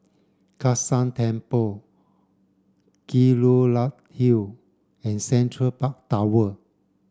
Kai San Temple Kelulut Hill and Central Park Tower